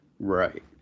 Right